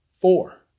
Four